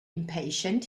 impatient